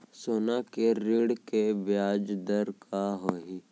सोना के ऋण के ब्याज दर का होही?